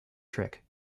trick